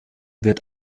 wird